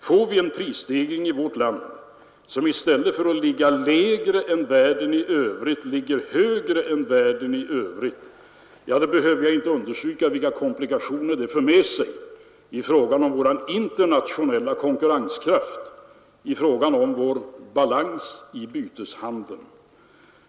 Får vi en prisstegring i vårt land, som ligger högre i stället för att ligga lägre än i världen i övrigt, behöver jag inte understryka vilka komplikationer det för med sig i fråga om vår internationella konkurrenskraft och balans i byteshandeln.